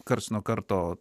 karts nuo karto